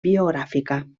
biogràfica